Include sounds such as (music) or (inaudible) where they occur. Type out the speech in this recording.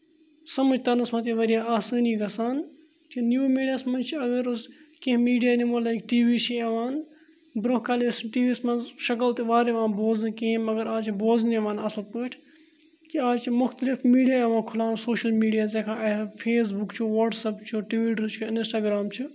سَمٕج ترنَس منٛز یہِ واریاہ آسٲنی گژھان کہِ نِو میٖڈیاہَس منٛز چھِ اگر أسۍ کینٛہہ میٖڈیا نِمو لایِک ٹی وی چھِ یِوان برٛونٛہہ کالہِ ٲسۍ نہٕ ٹی وی یَس منٛز شکٕل تہِ وارٕ یِوان بوزنہٕ کِہیٖنۍ مگر آز چھِ بوزنہٕ یِوان اَصٕل پٲٹھۍ کہِ آز چھِ مختلف میٖڈیا یِوان کھُلاونہٕ سوشَل میٖڈیاز (unintelligible) فیس بُک چھُ وَٹسَیپ چھُ ٹُویٖٹَر چھُ اِنَسٹاگرٛام چھُ